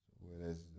whereas